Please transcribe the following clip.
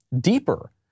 deeper